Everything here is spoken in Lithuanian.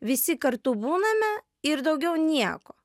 visi kartu būname ir daugiau nieko